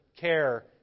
care